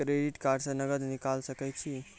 Credit card से नगद निकाल सके छी?